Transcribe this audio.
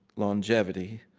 longevity,